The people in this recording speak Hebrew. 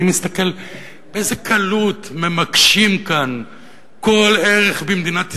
אני מסתכל באיזה קלות ממקשים כאן כל ערך במדינת ישראל,